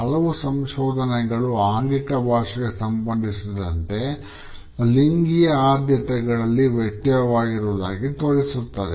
ಹಲವು ಸಂಶೋಧನೆಗಳು ಆಂಗಿಕ ಭಾಷೆಗೆ ಸಂಬಂಧಿಸಿದಂತೆ ಲಿಂಗಿಯ ಆದ್ಯತೆಗಳಲ್ಲಿ ವ್ಯತ್ಯಯಗಳಿರುವುದಾಗಿ ತೋರಿಸುತ್ತದೆ